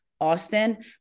Austin